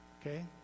Okay